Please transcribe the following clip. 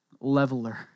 leveler